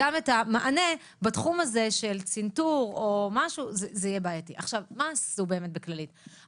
זה מה שאני אומר.